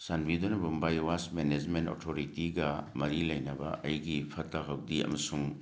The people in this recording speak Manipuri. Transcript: ꯆꯥꯟꯕꯤꯗꯨꯅ ꯃꯨꯝꯕꯥꯏ ꯋꯦꯁ ꯃꯦꯅꯦꯁꯃꯦꯟ ꯑꯣꯊꯣꯔꯤꯇꯤꯒ ꯃꯔꯤ ꯂꯩꯅꯕ ꯑꯩꯒꯤ ꯐꯠꯇ ꯍꯥꯎꯗꯤ ꯑꯃꯁꯨꯡ